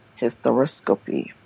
hysteroscopy